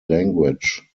language